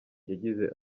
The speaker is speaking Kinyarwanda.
yagize